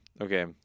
Okay